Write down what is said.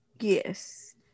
Yes